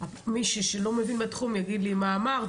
מישהו שלא מבין בתחום יגיד לי: מה אמרת?